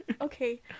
Okay